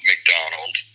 McDonald